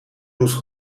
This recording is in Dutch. blouse